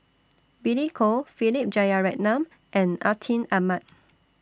Billy Koh Philip Jeyaretnam and Atin Amat